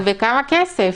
בכמה כסף?